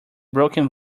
broken